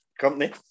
company